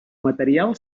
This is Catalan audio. material